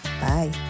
bye